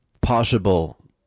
possible